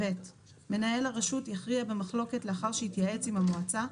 מנהל הרשות יכריע במחלוקת לאחר שהתייעץ עם המועצה,